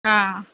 ஆ